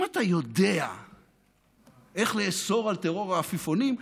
אם אתה יודע איך לאסור את טרור העפיפונים,